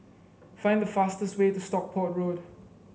find the fastest way to Stockport Road